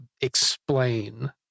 explain